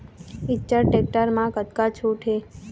Eicher tractor म कतका छूट हे?